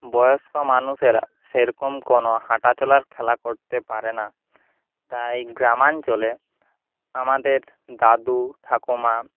বয়স্ক মানুষেরা সেরকম কোনো হাঁটাচলার খেলা করতে পারে না তাই গ্রামাঞ্চলে আমাদের দাদু ঠাকুমা